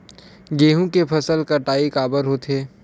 गेहूं के फसल कटाई काबर होथे?